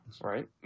right